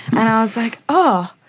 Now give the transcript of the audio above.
and i was, like, oh,